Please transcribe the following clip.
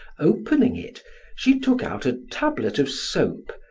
opening it she took out a tablet of soap,